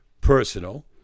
personal